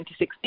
2016